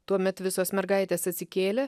tuomet visos mergaitės atsikėlė